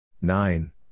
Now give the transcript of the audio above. Nine